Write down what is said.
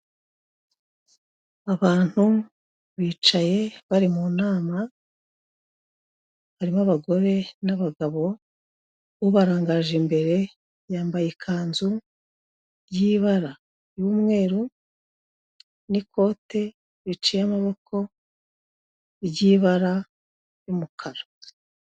Abantu bicaye bari mu nama, harimo abagore n'abagabo, ubarangaje imbere yambaye ikanzu y'ibara ry'umweru n'ikote riciye amaboko ry'ibara ry'umukara.